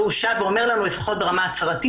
והוא שב ואומר לנו לפחות ברמה ההצהרתית